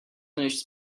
finished